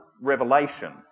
revelation